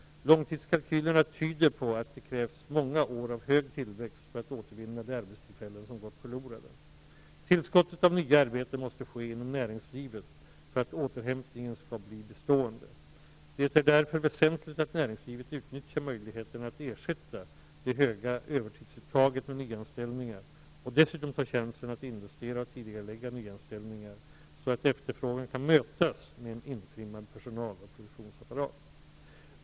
Långtidskalkylerna tyder på att det krävs många år av hög tillväxt för att återvinna de arbetstillfällen som gått förlorade. Tillskottet av nya arbeten måste ske inom näringslivet för att återhämtningen skall bli bestående. Det är därför väsentligt att näringslivet utnyttjar möjligheterna att ersätta det höga övertidsuttaget med nyanställningar och dessutom tar chansen att investera och tidigarelägga nyanställningar så att efterfrågan kan mötas med en intrimmad personal och produktionsapparat.